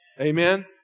Amen